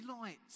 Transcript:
lights